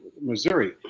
Missouri